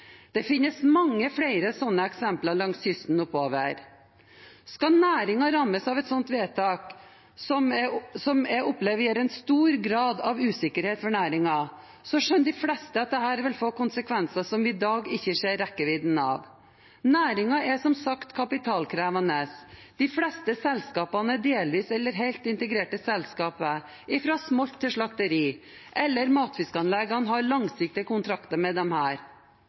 Det finnes mange flere slike eksempler oppover langs kysten. Skal næringen rammes av et slikt vedtak – som jeg opplever gir en stor grad av usikkerhet for næringen – skjønner de fleste at dette vil få konsekvenser som vi i dag ikke ser rekkevidden av. Næringen er som sagt kapitalkrevende. De fleste selskapene er delvis eller helt integrerte selskaper, fra smolt til slakteri, eller så har matfiskanleggene langsiktige kontrakter med disse. Å skulle innføre en tidsbegrensning for dem